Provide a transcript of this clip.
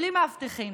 בלי מאבטחים?